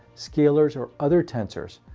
scalars, or other tensors,